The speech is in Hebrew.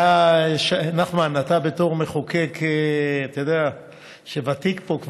נחמן, אתה, בתור מחוקק ותיק פה,